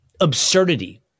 absurdity